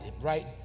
right